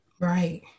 right